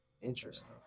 Interesting